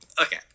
okay